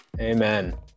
amen